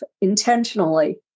intentionally